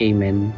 Amen